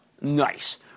Nice